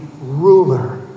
ruler